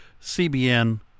CBN